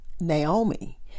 Naomi